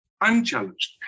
unchallenged